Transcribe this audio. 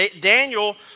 Daniel